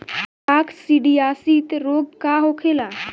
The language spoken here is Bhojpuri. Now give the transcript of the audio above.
काकसिडियासित रोग का होखेला?